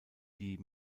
die